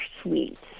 sweets